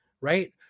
right